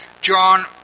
John